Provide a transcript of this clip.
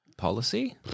Policy